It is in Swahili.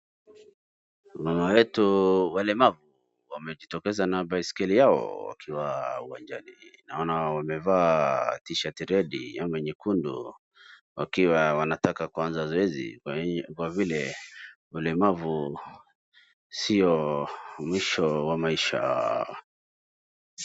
Mama wetu walemavu wamejitokeza na baiskeli yao wakiwa uwanjani. Naona wamevaa t-shirt redi ama nyekundu wakiwa wanataka kuanza zoezi kwa vile ulemavu sio mwisho wa maisha.